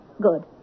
Good